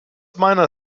meiner